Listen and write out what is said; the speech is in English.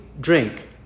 drink